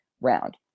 round